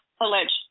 alleged